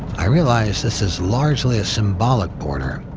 i realize this is largely a symbolic border,